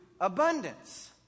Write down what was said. abundance